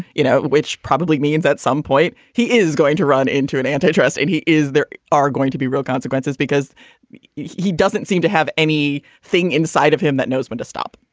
you know, which probably means at some point he is going to run into an antitrust and he is there are going to be real consequences because he doesn't seem to have any thing inside of him that knows when to stop.